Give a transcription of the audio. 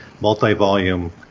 multi-volume